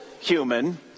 human